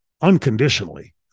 unconditionally